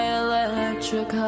electric